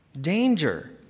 danger